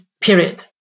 period